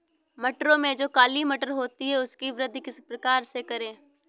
मटरों में जो काली मटर होती है उसकी किस प्रकार से वृद्धि करें?